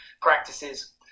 practices